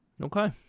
Okay